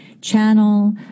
channel